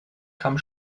kamm